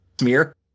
smear